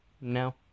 No